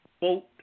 vote